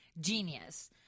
genius